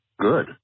Good